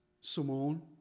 Simone